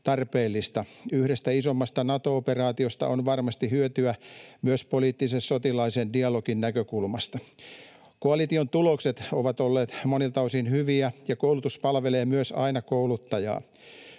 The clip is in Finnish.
Yhdestä isommasta Nato-operaatiosta on varmasti hyötyä myös poliittis-sotilaallisen dialogin näkökulmasta. Koalition tulokset ovat olleet monilta osin hyviä, ja koulutus palvelee aina myös kouluttajaa.